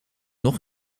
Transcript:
nog